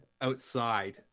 outside